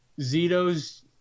Zito's